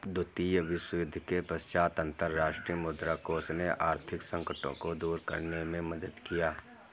द्वितीय विश्वयुद्ध के पश्चात अंतर्राष्ट्रीय मुद्रा कोष ने आर्थिक संकटों को दूर करने में मदद किया